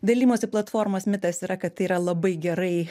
dalijimosi platformos mitas yra kad tai yra labai gerai